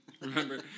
Remember